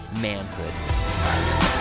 Manhood